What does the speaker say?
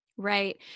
Right